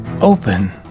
Open